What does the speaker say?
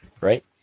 right